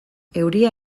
euria